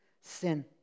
sin